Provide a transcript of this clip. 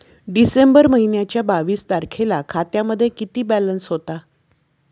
डिसेंबर महिन्याच्या बावीस तारखेला खात्यामध्ये किती बॅलन्स होता?